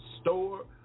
store